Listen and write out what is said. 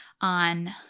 on